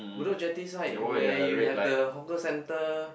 Bedok-Jetty side where you have the hawker centre